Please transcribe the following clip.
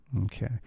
okay